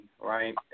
right